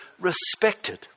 respected